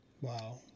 Wow